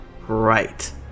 right